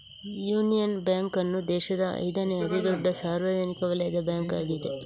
union Bank ಅನ್ನು ದೇಶದ ಐದನೇ ಅತಿ ದೊಡ್ಡ ಸಾರ್ವಜನಿಕ ವಲಯದ ಬ್ಯಾಂಕ್ ಆಗಿದೆ